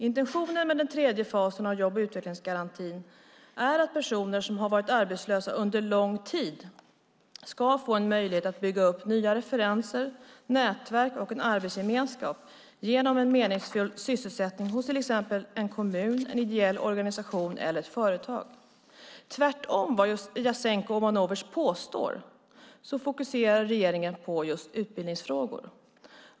Intentionen med den tredje fasen av jobb och utvecklingsgarantin är att personer som har varit arbetslösa under lång tid ska få möjlighet att bygga upp nya referenser, nätverk och en arbetsgemenskap, genom meningsfull sysselsättning hos till exempel en kommun, en ideell organisation eller ett företag. Tvärtom vad Jasenko Omanovic påstår så fokuserar regeringen på utbildningsfrågor.